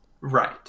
Right